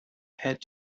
head